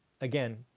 Again